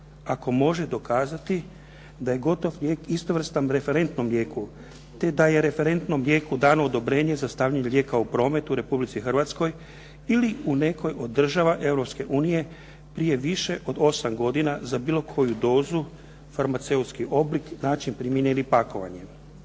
ako može dokazati da je gotov lijek istovrstan referentnom lijeku te da je referentnom lijeku dano odobrenje za stavljanje lijeka u promet u Republici Hrvatskoj ili u nekoj od država Europske unije prije više od osam godina za bilo koju dozu, farmaceutski oblik, način primjene ili pakovanje.